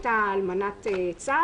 את לא היית יודעת את הגבול באמת?